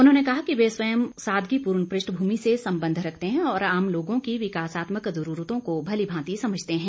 उन्होंने कहा कि वे स्वयं सादगीपूर्ण पृष्ठभूमि से संबंध रखते है और आम लोगों की विकासात्मक जरूरतों को भली भांति समझते हैं